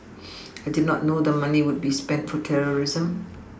I did not know the money would be spent for terrorism